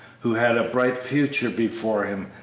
who had a bright future before him,